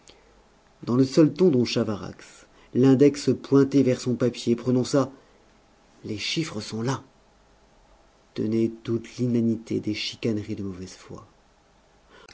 dans le seul ton dont chavarax l'index pointé vers son papier prononça les chiffres sont là tenait toute l'inanité des chicaneries de mauvaise foi